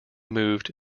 moved